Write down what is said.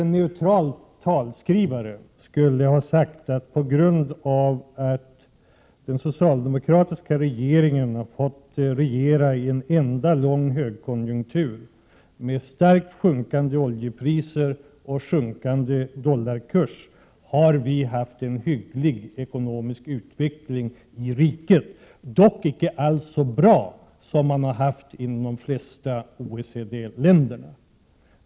En neutral talskrivare skulle väl ha uttryckt det så, att det är på grund av att den socialdemokratiska regeringen har fått regera i en enda lång högkonjunktur, med kraftigt sjunkande oljepriser och en sjunkande dollarkurs, som vi-har haft en hygglig ekonomisk utveckling i riket, dock icke alls så bra som utvecklingen i de flesta OECD-länder.